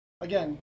again